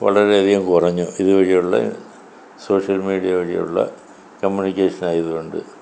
വളരെ അധികം കുറഞ്ഞു ഇതുവഴിയുള്ള സോഷ്യൽ മീഡിയ വഴിയുള്ള കമ്മ്യൂണിക്കേഷൻ ആയത് കൊണ്ട്